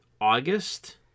August